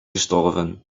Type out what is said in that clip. gestorven